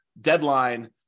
deadline